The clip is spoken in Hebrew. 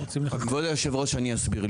כבוד יושב הראש, אני אסביר.